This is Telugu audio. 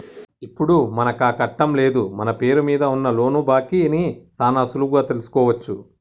ఇప్పుడు మనకాకట్టం లేదు మన పేరు మీద ఉన్న లోను బాకీ ని సాన సులువుగా తెలుసుకోవచ్చు